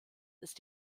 ist